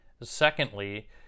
Secondly